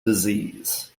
disease